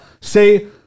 say